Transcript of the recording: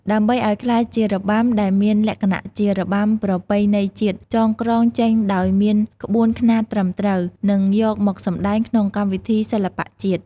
ដើម្បីឱ្យក្លាយជារបាំដែលមានលក្ខណៈជារបាំប្រពៃណីជាតិ ចងក្រងចេញដោយមានក្បួនខ្នាតត្រឹមត្រូវ និងយកមកសម្ដែងក្នុងកម្មវិធីសិល្បៈជាតិ។